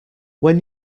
when